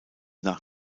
nach